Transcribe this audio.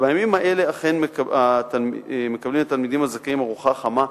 ובימים האלה מקבלים התלמידים הזכאים ארוחה חמה,